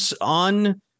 on